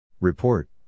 Report